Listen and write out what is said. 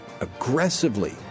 aggressively